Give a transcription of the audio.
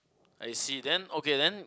I see then okay then